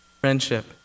Friendship